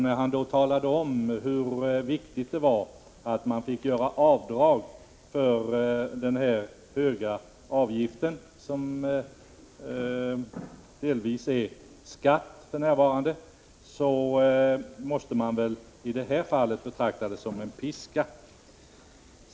När han sedan talade om hur viktigt det var att man fick göra avdrag för denna höga avgift, som för närvarande delvis är skatt, så måste man väl i det här fallet betrakta det som en piska.